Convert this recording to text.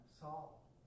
Saul